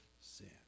sin